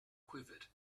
quivered